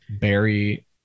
Barry